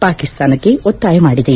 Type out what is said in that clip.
ಪಾಕಿಸ್ತಾನಕ್ಕೆ ಒತ್ತಾಯ ಮಾಡಿದೆ